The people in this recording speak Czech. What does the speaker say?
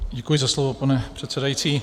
Děkuji za slovo, pane předsedající.